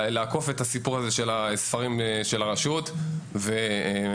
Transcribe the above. שמסייע לעקוף את החסם של ספרי הלימוד ולהגיע לתודעה של הנוער.